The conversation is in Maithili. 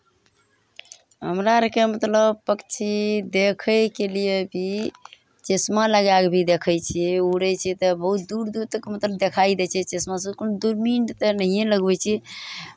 हमरा आरकेँ मतलब पक्षी देखयके लिए भी चश्मा लगाए कऽ भी देखै छियै उड़ै छै तऽ बहुत दूर दूर तक मतलब देखाइ दै छै चश्मासँ कोनो दूरबीन तऽ नहिए लगबै छियै